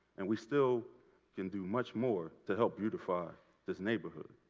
and we still can do much more to help beautify this neighborhood.